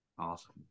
Awesome